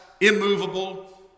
immovable